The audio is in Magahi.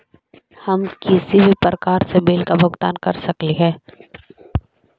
हम किसी भी प्रकार का बिल का भुगतान कर सकली हे?